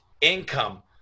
income